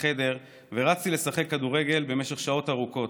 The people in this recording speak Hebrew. החדר ורצתי לשחק כדורגל במשך שעות ארוכות.